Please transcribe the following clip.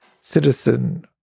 citizen